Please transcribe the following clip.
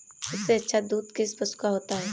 सबसे अच्छा दूध किस पशु का होता है?